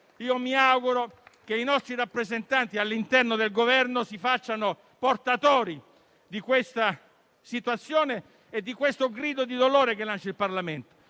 Mi auguro che i nostri rappresentanti all'interno del Governo si facciano portatori di questa situazione e di questo grido di dolore che lancia il Parlamento,